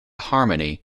harmony